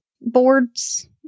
boards